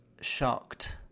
shocked